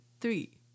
three